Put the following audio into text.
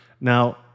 Now